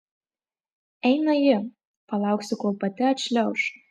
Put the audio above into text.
eina ji palauksiu kol pati atšliauš